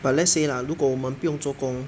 but let's say lah 如果我们不用做工